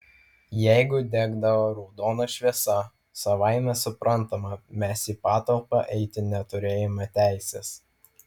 jeigu degdavo raudona šviesa savaime suprantama mes į patalpą eiti neturėjome teisės